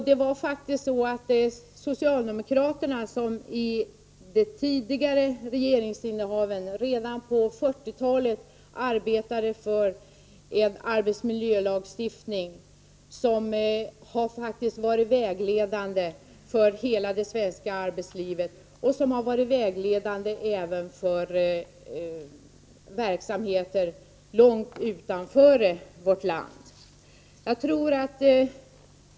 Det var faktiskt socialdemokraterna som under tidigare regeringsinnehav på 1940-talet utformade en arbetsmiljölagstiftning, som har blivit vägledande för hela det svenska arbetslivet och även för verksamheter långt utanför vårt land.